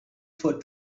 for